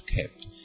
kept